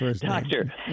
Doctor